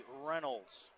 Reynolds